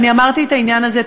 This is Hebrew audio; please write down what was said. ואני אמרתי את העניין הזה,